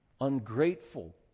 ungrateful